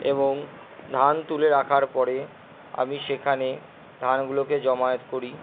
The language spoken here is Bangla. এবং ধান তুলে রাখার পরে আমি সেখানে ধানগুলোকে জমায়েত করি